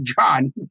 John